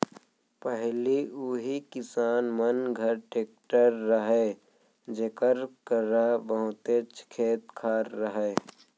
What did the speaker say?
पहिली उही किसान मन घर टेक्टर रहय जेकर करा बहुतेच खेत खार रहय